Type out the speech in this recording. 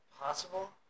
Possible